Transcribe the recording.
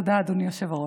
תודה, אדוני היושב-ראש.